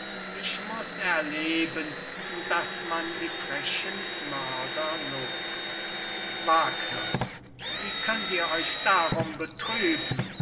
ich muß erleben daß man die frechen mörder lobt wie könnt ihr euch darum betrüben